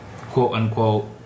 quote-unquote